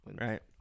Right